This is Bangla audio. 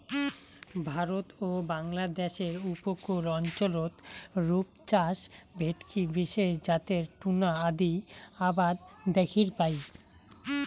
ভারত ও বাংলাদ্যাশের উপকূল অঞ্চলত রূপচাঁদ, ভেটকি বিশেষ জাতের টুনা আদি আবাদ দ্যাখির পাই